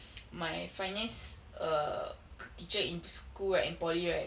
my finance err teacher in school right and in poly right